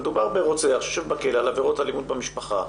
מדובר ברוצח שיושב בכלא על עבירות אלימות במשפחה,